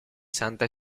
santa